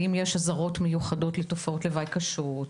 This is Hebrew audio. האם יש אזהרות מיוחדת לתופעות לוואי קשות,